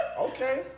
Okay